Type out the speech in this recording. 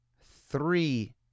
three